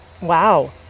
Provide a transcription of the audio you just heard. Wow